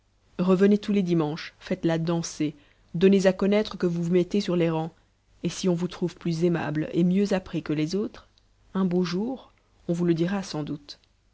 revenez tous les dimanches faites-la danser donnez à connaître que vous vous mettez sur les rangs et si on vous trouve plus aimable et mieux appris que les autres un beau jour on vous le dira sans doute